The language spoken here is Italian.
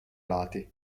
lati